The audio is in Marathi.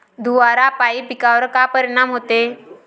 धुवारापाई पिकावर का परीनाम होते?